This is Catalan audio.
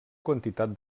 quantitat